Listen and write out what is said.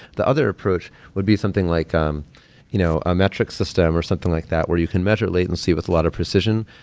the other approach would be something like um you know a metric system, or something like that where you can measure latency with a lot of precision.